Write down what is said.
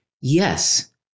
yes